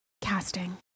casting